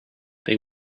they